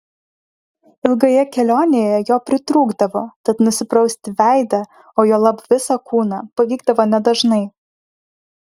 ilgoje kelionėje jo pritrūkdavo tad nusiprausti veidą o juolab visą kūną pavykdavo nedažnai